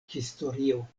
historio